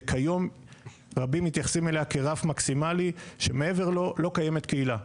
וכיום רבים מתייחסים אליה כרף מקסימאלי שמעבר לו לא קיימת קהילתיות.